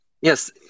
Yes